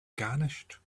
garnished